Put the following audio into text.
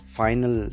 final